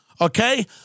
Okay